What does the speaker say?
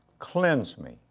cleanse me,